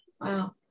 wow